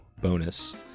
bonus